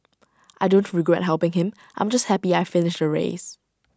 I don't regret helping him I'm just happy I finished the race